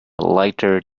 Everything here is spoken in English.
lighter